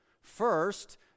First